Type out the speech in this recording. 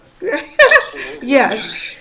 Yes